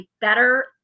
better